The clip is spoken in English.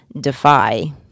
defy